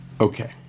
Okay